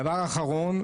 דבר אחרון,